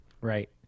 Right